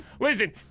Listen